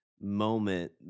moment